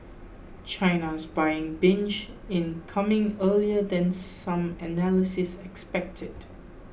China's buying binge in coming earlier than some analysis expected